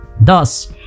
Thus